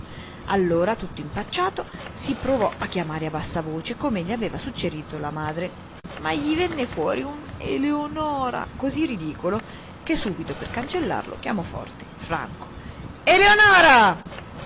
allora tutto impacciato si provò a chiamare a bassa voce come gli aveva suggerito la madre ma gli venne fuori un eneolora così ridicolo che subito come per cancellarlo chiamò forte franco eleonora